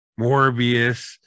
Morbius